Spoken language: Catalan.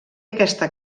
aquesta